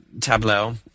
tableau